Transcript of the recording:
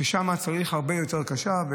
ששם הרבה יותר קשה.